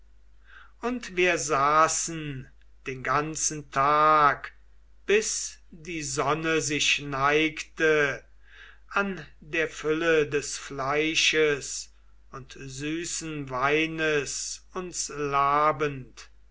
und wir saßen den ganzen tag bis die sonne sich neigte an der fülle des fleisches und süßen weines uns labend